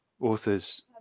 authors